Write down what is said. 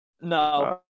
No